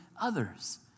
others